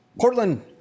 Portland